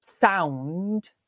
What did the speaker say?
sound